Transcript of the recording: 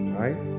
right